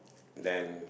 them